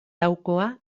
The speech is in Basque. laukoa